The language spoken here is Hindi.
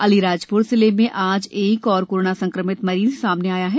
अलीराजप्र जिले में आज एक और कोरोना संक्रमित मरीज सामाने आया है